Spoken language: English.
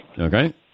Okay